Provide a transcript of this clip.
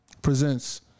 presents